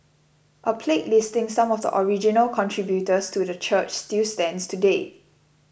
a plaque listing some of the original contributors to the church still stands today